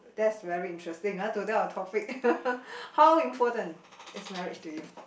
that's very interesting ah today our topic how important is marriage to you